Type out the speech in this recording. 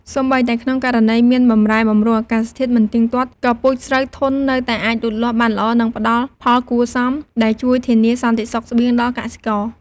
សូម្បីតែក្នុងករណីមានបម្រែបម្រួលអាកាសធាតុមិនទៀងទាត់ ក៏ពូជស្រូវធន់នៅតែអាចលូតលាស់បានល្អ និងផ្ដល់ផលគួរសម ដែលជួយធានាសន្តិសុខស្បៀងដល់កសិករ។